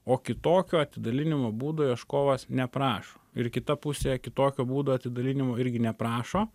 o kitokio atidalinimo būdo ieškovas neprašo ir kita pusė kitokio būdo atidalinimo irgi neprašo